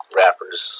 rappers